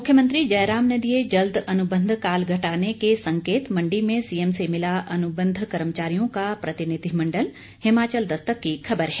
मुख्यमंत्री जयराम ने दिये जल्द अनुबंधकाल घटाने के संकेत मंडी में सीएम से मिला अनुबंध कर्मचारियों का प्रतिनिधिमंडल हिमाचल दस्तक की खबर है